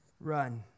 run